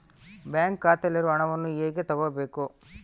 Bank ಖಾತೆಯಲ್ಲಿರುವ ಹಣವನ್ನು ಹೇಗೆ ತಗೋಬೇಕು?